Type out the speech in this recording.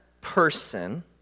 person